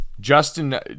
Justin